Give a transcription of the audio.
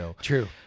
True